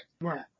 Right